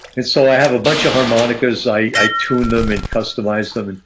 and so i have a bunch of harmonicas, i tune them, and customize them, and